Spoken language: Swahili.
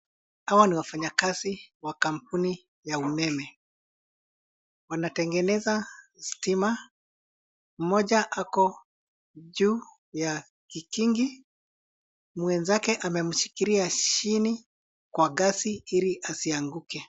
Hawa ni wafanyakazi wa kampuni ya umeme. Wanatengeneza stima. Mmoja ako juu ya kikingi. Mwenzake amemshikilia chini kwa ngazi ili asianguke.